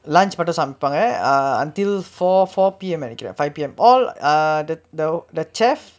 lunch மட்டும் சமைப்பாங்க:mattum samaipaangga ah until four four P_M நெனைக்குர:nenaikkurae or five P_M all err the the the chef